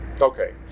Okay